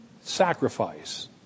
sacrifice